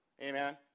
Amen